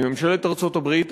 מממשלת ארצות-הברית,